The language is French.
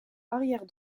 arrière